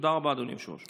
תודה רבה, אדוני היושב-ראש.